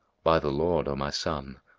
by the lord, o my son,